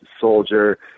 soldier